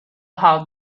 how